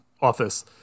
Office